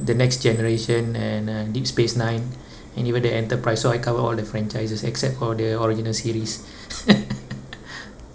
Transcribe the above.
the next generation and uh deep space nine and even the enterprise so I cover all the franchises except for the original series